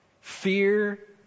fear